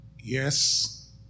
Yes